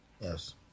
Yes